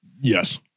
Yes